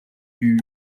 ibi